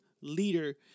Leader